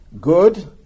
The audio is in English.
Good